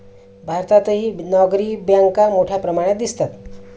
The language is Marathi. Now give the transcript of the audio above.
भारतातही नागरी बँका मोठ्या प्रमाणात दिसतात